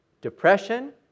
depression